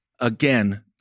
again